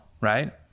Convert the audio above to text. right